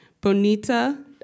Bonita